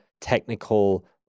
technical